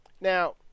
Now